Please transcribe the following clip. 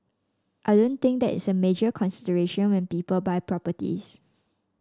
I don't think that is a major consideration when people buy properties